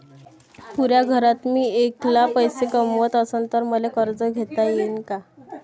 पुऱ्या घरात मी ऐकला पैसे कमवत असन तर मले कर्ज घेता येईन का?